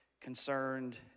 concerned